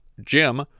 jim